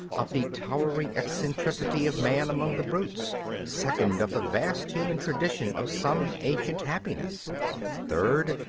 of the towering eccentricity of man among the brutes second, of the vast human tradition of some ancient happiness third,